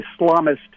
Islamist